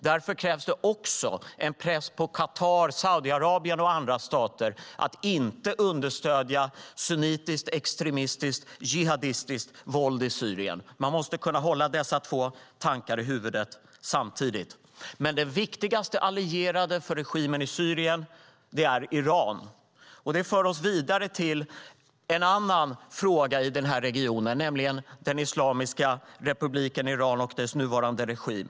Därför måste man sätta press på Qatar, Saudiarabien och andra stater att inte understödja sunnitiskt, extremistiskt, jihadistiskt våld i Syrien. Man måste kunna hålla dessa två tankar i huvudet samtidigt. Den viktigaste allierade för regimen i Syrien är Iran, vilket för oss vidare till en annan fråga i regionen, nämligen frågan om den islamiska republiken Iran och dess nuvarande regim.